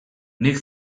nik